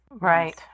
Right